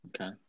Okay